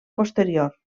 posterior